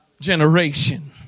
generation